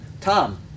Tom